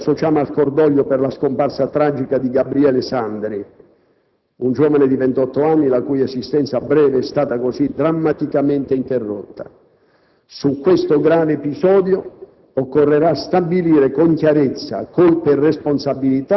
Colleghi, è con dolore profondo che ci associamo al cordoglio per la scomparsa tragica di Gabriele Sandri, un giovane di 28 anni la cui esistenza breve è stata così drammaticamente interrotta.